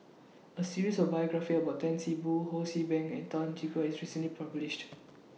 A series of biographies about Tan See Boo Ho See Beng and Tan Teik Boon was recently published